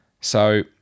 So-